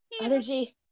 Energy